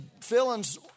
Feelings